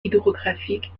hydrographique